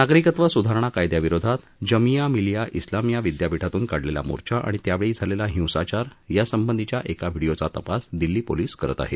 नागरिकत्व सुधारणा कायद्याविरोधात जमिया मिलिया उलामिया विद्यापीठातून काढलेला मोर्चा आणि त्यावेळी झालेला हिंसाचार यासंबधीच्या एका व्हिडिओचा तपास दिल्ली पोलीस करत आहेत